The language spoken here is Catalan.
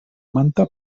manta